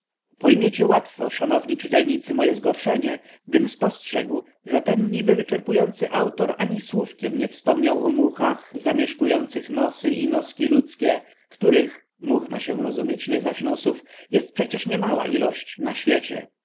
pojmiecie łatwo szanowni czytelnicy moje zgorszenie gdym spostrzegł że ten nibywyczerpujący autor ani słówkiem nie wspomniał o muchach zamieszkujących nosy i noski ludzkie których much ma się rozumieć nie zaś nosów jest przecież niemała ilość na świecie